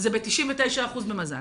זה ב-99% במזל.